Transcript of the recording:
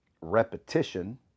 repetition